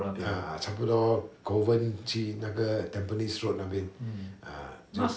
ah 差不多 kovan 去那个 tampines road 那边 ah